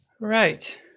Right